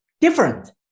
different